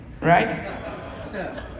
right